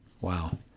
Wow